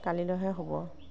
কালিলৈহে হ'ব